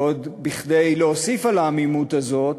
וכדי להוסיף על העמימות הזאת